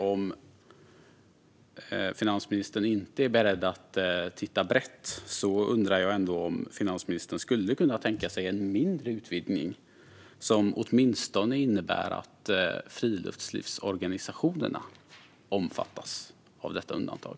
Om finansministern inte är beredd att titta på detta brett undrar jag ändå om hon skulle kunna tänka sig en mindre utvidgning, som åtminstone innebär att friluftslivsorganisationerna omfattas av detta undantag.